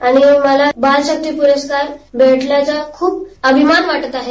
आणि मला बालशक्ती पुरस्कार मिळाल्याचा खूप अभिमान वाटत आहे